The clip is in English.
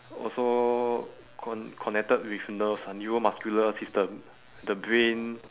also con~ connected with nerves ah neuromuscular system the brain